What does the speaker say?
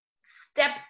step